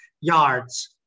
yards